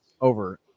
over